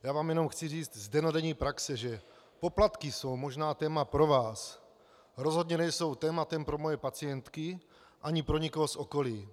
Já vám jenom chci říct z dennodenní praxe, že poplatky jsou možná téma pro vás, rozhodně nejsou tématem pro moje pacientky ani pro nikoho z okolí.